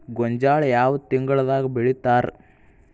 ಗೋಂಜಾಳ ಯಾವ ತಿಂಗಳದಾಗ್ ಬೆಳಿತಾರ?